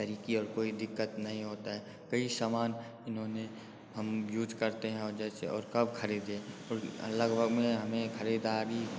तरीक़े और कोई दिक्कत नहीं होता है कई समान इन्होंने हम यूज़ करते हैं और जैसे और कब ख़रीदे लगभग में हमें ख़रीदारी